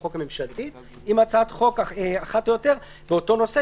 הממשלתית - עם הצעת חוק אחת או יותר באותו נושא,